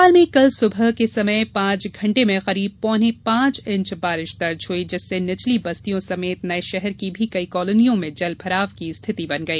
भोपाल में कल सुबह के समय पांच घंटे में करीब पौने पांच इंच बारिश दर्ज हुई जिससे निचली बस्तियों समेत नए शहर की भी कई कॉलोनियों में जलभराव की स्थिति बन गई